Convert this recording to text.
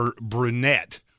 Brunette